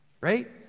Right